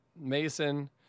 Mason